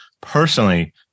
personally